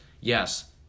Yes